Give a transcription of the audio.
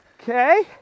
Okay